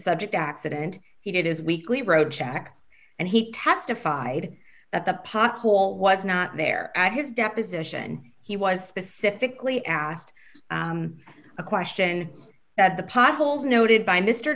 subject accident he did his weekly road check and he testified that the pothole was not there at his deposition he was specifically asked a question that the potholes noted by mr